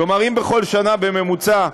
כלומר, אם בכל שנה, בממוצע,